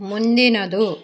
ಮುಂದಿನದು